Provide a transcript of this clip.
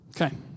Okay